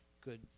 good